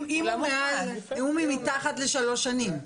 אם הוא מתחת לשלוש שנים.